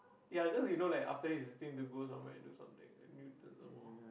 ya then you know like after this you still need to go somewhere to do something at Newton some more